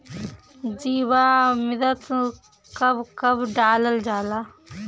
जीवामृत कब कब डालल जाला?